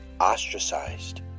ostracized